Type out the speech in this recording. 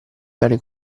bene